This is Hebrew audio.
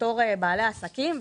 בתור בעלי העסקים,